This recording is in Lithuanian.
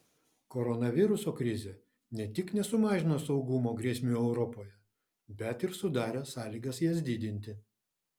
koronaviruso krizė ne tik nesumažino saugumo grėsmių europoje bet ir sudarė sąlygas jas didinti